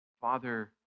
Father